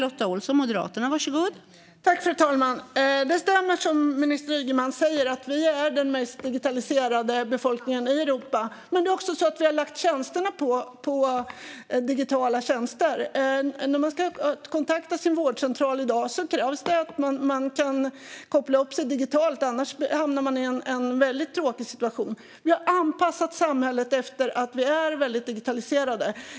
Fru talman! Det stämmer som minister Ygeman säger: Vi är den mest digitaliserade befolkningen i Europa. Men Sverige har också lagt satsningarna på digitala tjänster. När man ska kontakta sin vårdcentral i dag krävs det att man kan koppla upp sig digitalt. Annars hamnar man i en väldigt tråkig situation. Vi har anpassat samhället efter den höga graden av digitalisering.